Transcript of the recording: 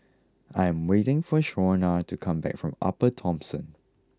I am waiting for Shaunna to come back from Upper Thomson